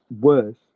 worse